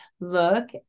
look